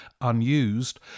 unused